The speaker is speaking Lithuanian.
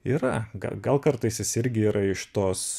yra ga gal kartais jis irgi yra iš tos